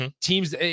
teams